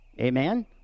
amen